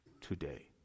today